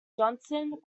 john